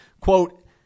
quote